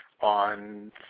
on